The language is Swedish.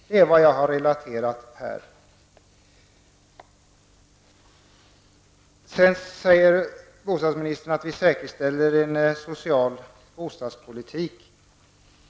Det är vad jag har relaterat här. Sedan säger bostadsministern att vi säkerställer en social bostadspolitik.